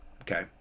Okay